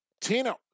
Tino